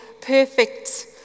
perfect